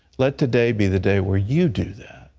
let today be the day where you do that.